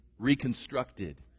reconstructed